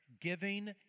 giving